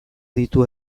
ditu